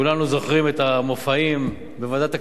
כולנו זוכרים את המופעים בוועדת הכספים,